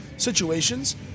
Situations